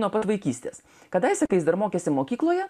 nuo pat vaikystės kadaise kai jis dar mokėsi mokykloje